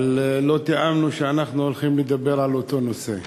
אבל לא תיאמנו שנדבר על אותו נושא.